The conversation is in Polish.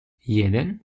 jeden